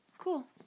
Cool